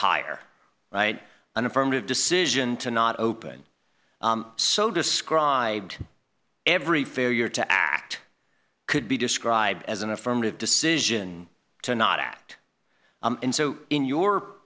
hire write an affirmative decision to not open so described every failure to act could be described as an affirmative decision to not act and so in your